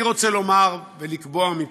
אני רוצה לומר ולקבוע מפה,